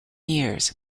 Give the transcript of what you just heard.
years